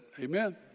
Amen